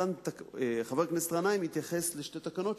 חבר הכנסת גנאים התייחס לשתי תקנות,